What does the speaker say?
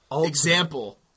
example